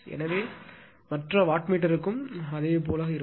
எனவே மற்ற வாட்மீட்டருக்கும்அதே போல் இருக்கும்